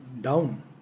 down